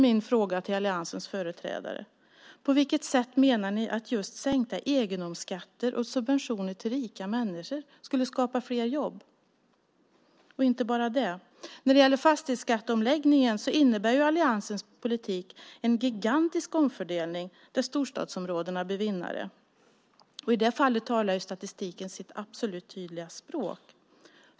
Min fråga till alliansens företrädare blir: På vilket sätt menar ni att just sänkta egendomsskatter och subventioner till rika människor skulle skapa fler jobb? Och inte nog med det: Alliansens fastighetsskatteomläggning innebär en gigantisk omfördelning, där storstadsområdena blir vinnare. I det fallet talar statistiken sitt tydliga språk.